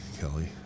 Kelly